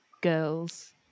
girls